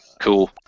Cool